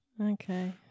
Okay